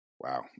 wow